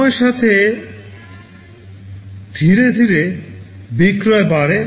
সময়ের সাথে ধীরে ধীরে বিক্রয় বাড়ে